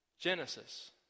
Genesis